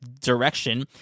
direction